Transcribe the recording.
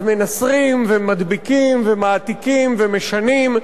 אז מנסרים, ומדביקים, ומעתיקים, ומשנים,